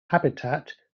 habitat